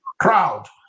crowd